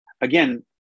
again